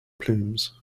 plumes